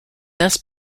thus